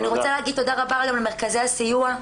אני רוצה להגיד תודה רבה גם למרכזי הסיוע,